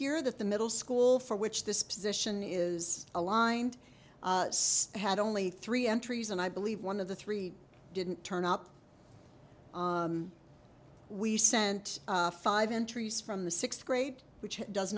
year that the middle school for which this position is aligned had only three entries and i believe one of the three didn't turn up we sent five entries from the sixth grade which does